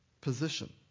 position